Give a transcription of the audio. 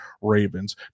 Ravens